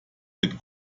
mit